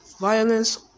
violence